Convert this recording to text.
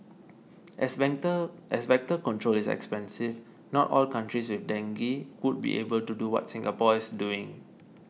as Vector as Vector control is expensive not all countries with dengue would be able to do what Singapore is doing